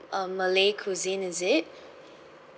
uh malay cuisine is it